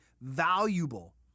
valuable